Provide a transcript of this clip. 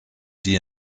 die